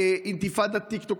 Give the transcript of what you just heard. אינתיפאדת טיק-טוק,